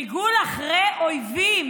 ריגול אחרי אויבים,